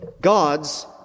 God's